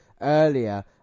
earlier